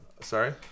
Sorry